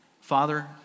father